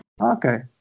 okay